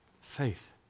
Faith